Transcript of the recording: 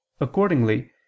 Accordingly